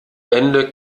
ende